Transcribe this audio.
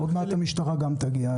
עוד מעט המשטרה גם תגיע.